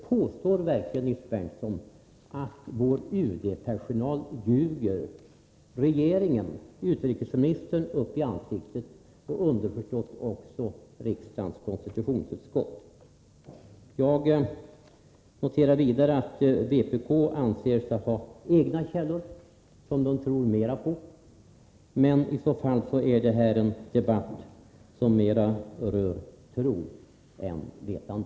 Påstår verkligen Nils Berndtson att vår UD-personal ljuger för regeringen och utrikesministern, och därmed underförstått också för riksdagens konstitutionsutskott? Jag noterar vidare att vpk anser sig ha egna källor som man tror mer på. I så fall är detta en debatt som i högre grad rör tro än vetande.